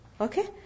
Okay